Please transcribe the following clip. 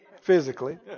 Physically